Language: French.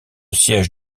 siège